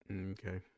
Okay